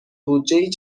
بودجهای